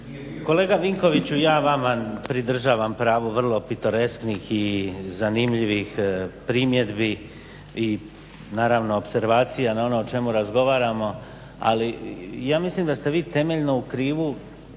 Kolega Vinkoviću ja vama pridržavam pravo vrlo pitoresknih i zanimljivih primjedbi i naravno opservacija na ono o čemu razgovaramo, ali ja mislim da ste vi temeljno u krivu,